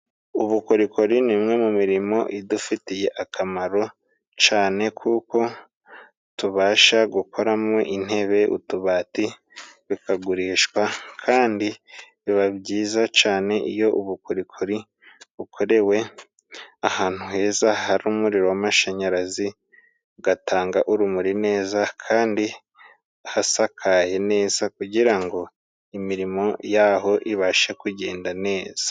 Ubukorikori ni imwe mu mirimo idufitiye akamaro cane kuko tubasha gukoramwo intebe, utubati bikagurishwa kandi biba byiza cane iyo ubukorikori bukorewe ahantu heza hari umuriro w'amashanyarazi gatanga urumuri neza kandi hasakaye neza kugira ngo imirimo yaho ibashe kugenda neza.